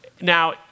Now